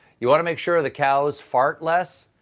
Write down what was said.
you want to make sure the cows fart less,